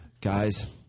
guys